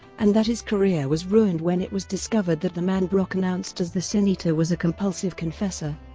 and that his career was ruined when it was discovered that the man brock announced as the sin-eater was a compulsive confessor.